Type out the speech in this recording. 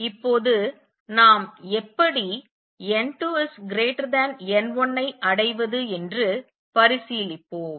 இப்போது நாம் எப்படி n2 n1 ஐ அடைவது என்று பரிசீலிப்போம்